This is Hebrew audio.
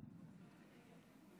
אדוני היושב-ראש,